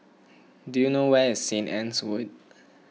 do you know where is Saint Anne's Wood